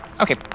Okay